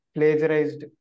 plagiarized